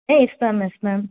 ah yes ma'am yes ma'am